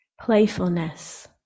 playfulness